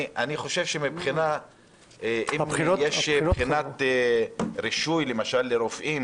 אני חושב שאם יש בחינת רישוי לרופאים